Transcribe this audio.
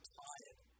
tired